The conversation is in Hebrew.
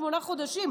שמונה חודשים.